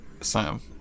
Sam